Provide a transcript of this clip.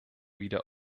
wieder